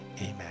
Amen